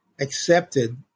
accepted